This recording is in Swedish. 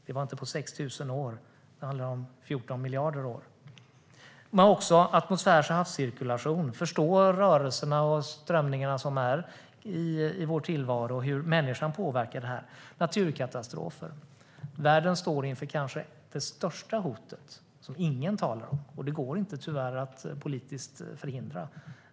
Det tog inte 6 000 år, utan det handlar om 14 miljarder år. Vidare finns atmosfärs och havscirkulation. Det handlar om att förstå rörelserna och strömningarna i vår tillvaro och hur människan påverkar dem. Vidare finns naturkatastrofer. Världen står inför det kanske största hotet som ingen talar om, och det går tyvärr inte att politiskt förhindra.